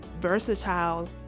versatile